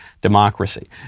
democracy